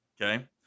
Okay